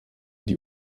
die